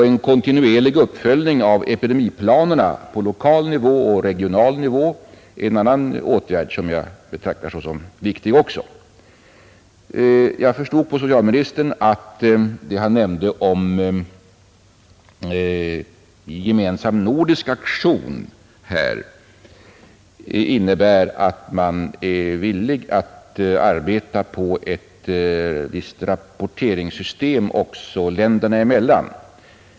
En kontinuerlig uppföljning av epidemiplanerna på lokal och regional nivå är en annan åtgärd, som jag också betraktar såsom viktig. Jag förstod på socialministern att det han nämnde om en gemensam nordisk aktion innebär att man är villig att arbeta på ett visst rapporteringssystem länderna emellan.